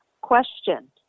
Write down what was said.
question